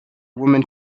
woman